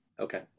Okay